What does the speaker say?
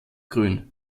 grün